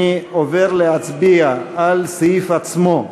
אני עובר להצבעה על הסעיף עצמו,